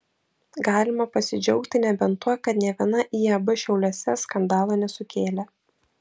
galima pasidžiaugti nebent tuo kad nė viena iab šiauliuose skandalo nesukėlė